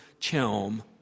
Chelm